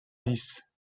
lisse